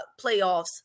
playoffs